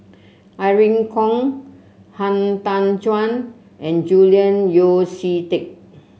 Irene Khong Han Tan Juan and Julian Yeo See Teck